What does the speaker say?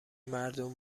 مردم